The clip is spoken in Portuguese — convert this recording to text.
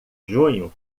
junho